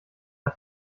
der